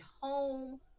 home